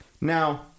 Now